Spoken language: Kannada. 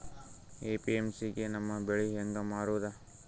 ಎ.ಪಿ.ಎಮ್.ಸಿ ಗೆ ನಮ್ಮ ಬೆಳಿ ಹೆಂಗ ಮಾರೊದ?